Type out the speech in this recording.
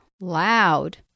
loud